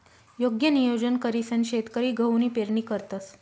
योग्य नियोजन करीसन शेतकरी गहूनी पेरणी करतंस